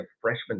freshman